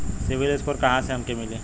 CIBIL score कहाँसे हमके मिली?